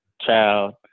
child